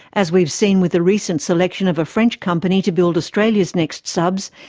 as we've seen with the recent selection of a french company to build australia's next subs,